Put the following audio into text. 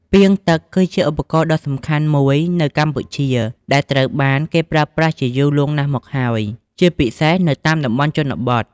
ពាងទឹក គឺជាឧបករណ៍ដ៏សំខាន់មួយនៅកម្ពុជា ដែលត្រូវបានគេប្រើប្រាស់ជាយូរលង់ណាស់មកហើយ ជាពិសេសនៅតាមតំបន់ជនបទ។